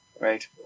Right